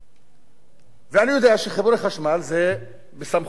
ואני יודע שחיבורי חשמל הם בסמכותו של שר הפנים